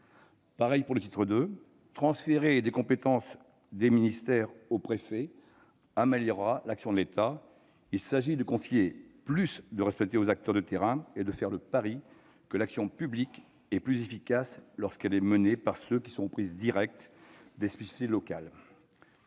concernant le titre II, transférer des compétences des ministères aux préfets améliorera l'action de l'État. Il s'agit de confier plus de responsabilités aux acteurs de terrain, de faire le pari que l'action publique est plus efficace lorsqu'elle est menée par ceux qui sont en prise directe avec les spécificités locales.